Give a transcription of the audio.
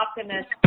optimist